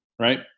Right